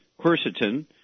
quercetin